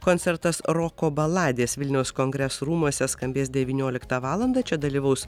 koncertas roko baladės vilniaus kongresų rūmuose skambės devynioliktą valandą čia dalyvaus